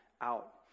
out